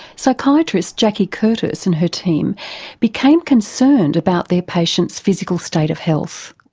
psychiatrist jackie curtis and her team became concerned about their patients physical state of health.